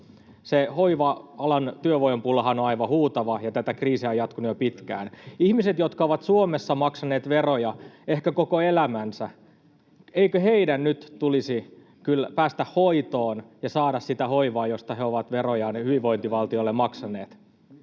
Hoiva-alan työvoimapulahan on aivan huutava, ja tätä kriisiä on jatkunut jo pitkään. Ihmisten, jotka ovat Suomessa maksaneet veroja ehkä koko elämänsä, eikö heidän nyt tulisi päästä hoitoon ja saada sitä hoivaa, josta he ovat verojaan hyvinvointivaltiolle maksaneet?